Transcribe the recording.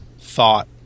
thought